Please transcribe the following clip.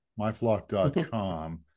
MyFlock.com